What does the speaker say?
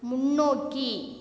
முன்னோக்கி